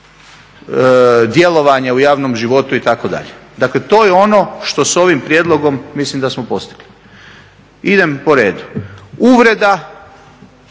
djelovanja u javnom životu itd. Dakle to je ono što s ovim prijedlogom mislim da smo postigli. Idem po redu. Uvreda,